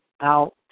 out